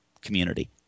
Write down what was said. community